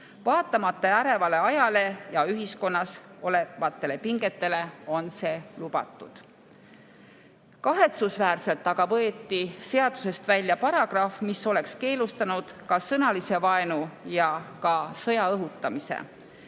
Vaatamata ärevale ajale ja ühiskonnas olevatele pingetele on see lubatud. Kahetsusväärselt aga võeti seadusest välja paragrahv, mis oleks keelustanud ka sõnalise vaenu ja sõja õhutamise.